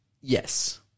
yes